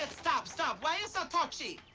stop. stop. why are you so touchy?